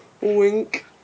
Wink